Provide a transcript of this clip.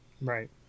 Right